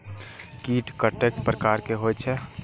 कीट कतेक प्रकार के होई छै?